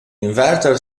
inverter